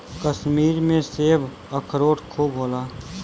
कश्मीर में सेब, अखरोट खूब होला